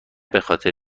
بخاطر